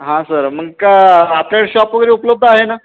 हां सर मग का आपल्याकडे शॉप वगैरे उपलब्ध आहे ना